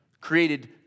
created